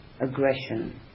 aggression